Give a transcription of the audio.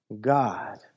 God